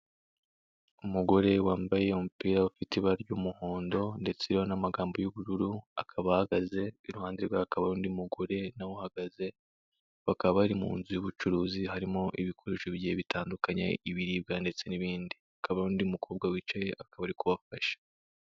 Umugore wambaye umupira ufite ibara ry'umuhondo ndetse uriho n'amagambo y'ubururu, akaba ahagaze, iruhande rwe hakaba hari undi mugore na we uhagaze, bakaba bari mu nzu y'ubucuruzi, harimo ibikoresho bigiye bitandukanye, ibiribwa ndetse n'ibindi. Hakaba hari undi mukobwa wicaye akaba ari kubafasha.